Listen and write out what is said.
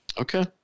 Okay